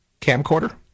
camcorder